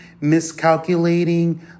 miscalculating